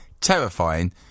Terrifying